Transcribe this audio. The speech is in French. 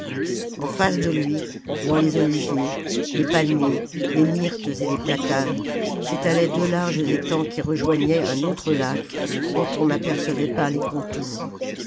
en face de lui dans les oliviers les palmiers les myrtes et les platanes s'étalaient deux larges étangs qui rejoignaient un autre lac dont on n'apercevait pas les contours